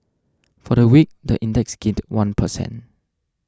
for the week the index gained one per cent